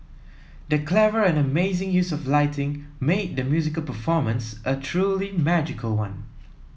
the clever and amazing use of lighting made the musical performance a truly magical one